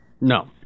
No